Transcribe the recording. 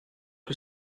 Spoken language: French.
que